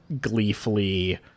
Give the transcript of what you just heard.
gleefully